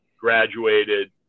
graduated